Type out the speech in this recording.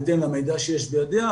בהתאם למידע שיש בידיה,